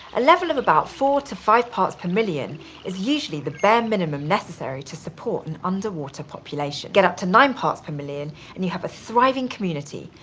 a level of about four five parts per million is usually the bare minimum necessary to support an underwater population. get up to nine parts per million and you have a thriving community,